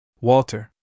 Walter